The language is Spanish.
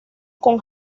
con